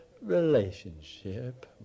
relationship